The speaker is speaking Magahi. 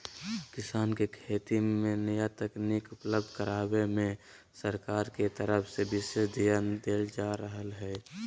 किसान के खेती मे नया तकनीक उपलब्ध करावे मे सरकार के तरफ से विशेष ध्यान देल जा रहल हई